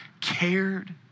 cared